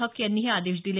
हक यांनी हे आदेश दिले